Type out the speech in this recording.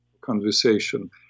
conversation